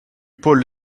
paul